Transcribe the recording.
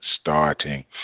starting